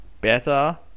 better